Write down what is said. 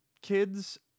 kids